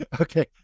Okay